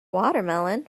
watermelon